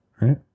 right